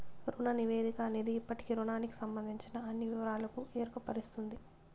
రుణ నివేదిక అనేది ఇప్పటి రుణానికి సంబందించిన అన్ని వివరాలకు ఎరుకపరుస్తది